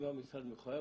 אם המשרד מחויב,